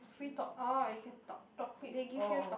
free top~ topic orh